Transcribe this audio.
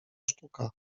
sztuka